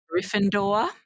Gryffindor